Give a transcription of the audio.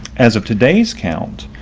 as of today's count,